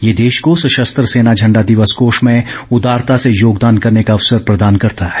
यह देश को सशस्त्र सेना झंडा दिवस कोष में उदारता से योगदान करने का अवसर प्रदान करता है